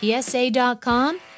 PSA.com